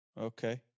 Okay